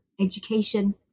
education